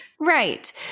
Right